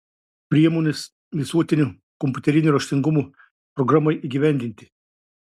priemonės visuotinio kompiuterinio raštingumo programai įgyvendinti